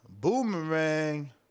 Boomerang